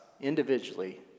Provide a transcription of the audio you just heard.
individually